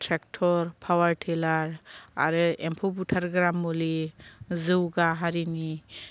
tractor power tiller आरो एम्फौ बुथारग्रा मुलि जौगा हारिनि